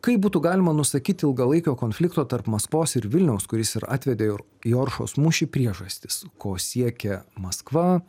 kaip būtų galima nusakyti ilgalaikio konflikto tarp maskvos ir vilniaus kuris ir atvedė į oršos mūšį priežastis ko siekė maskva